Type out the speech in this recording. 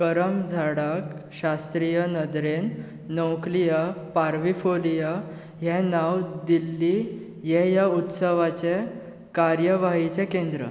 करम झाडाक शास्त्रीय नदरेन नौक्लिया पार्विफोलिया हें नांव दिल्ली यें ह्या उत्सवाचे कार्यवाहीचें केंद्र